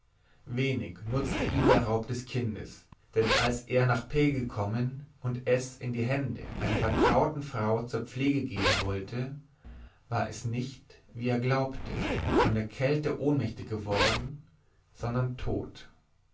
wenig nutzte ihm der raub des kindes denn als er nach p gekommen und es in die hände einer vertrauten frau zur pflege geben wollte war es nicht wie er glaubte von der kälte ohnmächtig geworden sondern tot